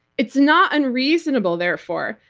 it's not unreasonable, therefore,